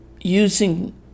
using